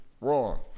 wrong